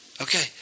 Okay